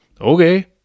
okay